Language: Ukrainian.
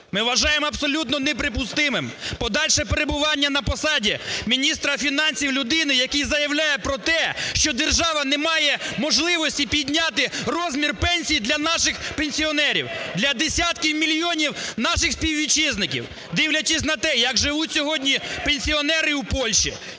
Ми вважаємо абсолютно неприпустимим подальше перебування на посаді міністра фінансів людини, який заявляє про те, що держава не має можливості підняти розмір пенсій для наших пенсіонерів, для десятків мільйонів наших співвітчизників. Дивлячись на те, як живуть сьогодні пенсіонери у Польщі,